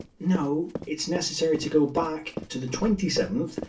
no, it's necessary to go back to the twenty seventh,